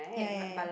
ya ya ya